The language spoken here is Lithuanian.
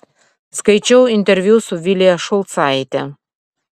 skaičiau interviu su vilija šulcaite